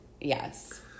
Yes